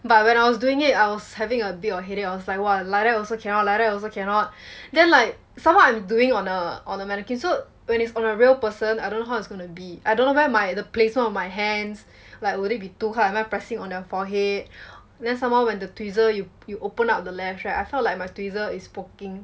but when I was doing it I was having a bit of headache I was like !wah! like that also cannot like that also cannot then like somemore I'm doing on a on a mannequin so when it's on a real person I don't know how it's going to be I don't know where my the placement of my hands like will it be too hard am I pressing on their forehead then somemore when the tweezer you you open up the lash right I felt like my tweezer is poking